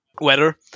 weather